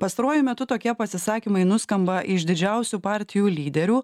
pastaruoju metu tokie pasisakymai nuskamba iš didžiausių partijų lyderių